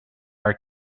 our